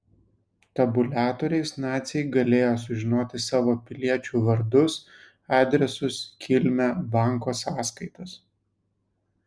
tabuliatoriais naciai galėjo sužinoti savo piliečių vardus adresus kilmę banko sąskaitas